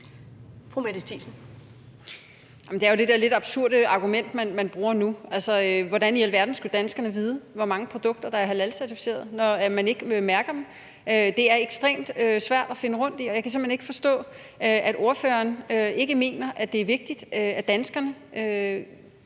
det er jo det der lidt absurde argument, man bruger nu. Hvordan i alverden skulle danskerne vide, hvor mange produkter der er halalcertificeret, når man ikke mærker dem? Det er ekstremt svært at finde rundt i, og jeg kan simpelt hen ikke forstå, at ordføreren ikke mener, at det er vigtigt, at danskerne